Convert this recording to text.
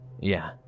Yeah